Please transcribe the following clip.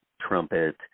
trumpet